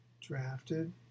drafted